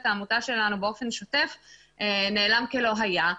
העמותה שלנו באופן שוטף נעלם כלא היה.